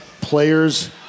players